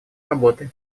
работы